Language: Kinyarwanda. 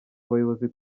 abayobozi